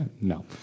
no